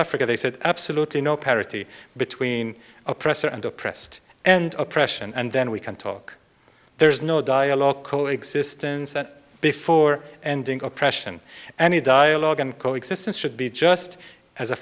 africa they said absolutely no parity between oppressor and oppressed and oppression and then we can talk there's no dialogue coexistence that before ending oppression and a dialogue and coexistence should be just as a